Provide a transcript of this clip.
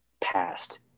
past